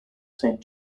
saint